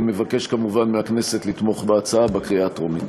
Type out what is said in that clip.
מבקש כמובן מהכנסת לתמוך בהצעה בקריאה הטרומית.